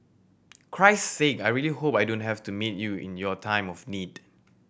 Christ Sake I really hope I don't have to meet you in your time of need